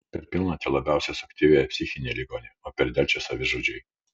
per pilnatį labiausiai suaktyvėja psichiniai ligoniai o per delčią savižudžiai